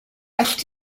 allet